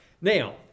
Now